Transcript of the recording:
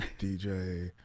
DJ